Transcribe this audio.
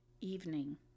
Evening